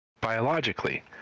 biologically